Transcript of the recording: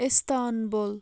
Istanbul